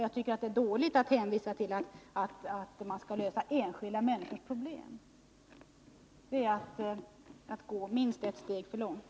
Jag tycker att det är dåligt att hänvisa till att man inte kan lösa enskilda människors problem — det är att gå minst ett steg för långt.